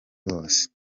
bose